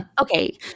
Okay